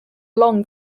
long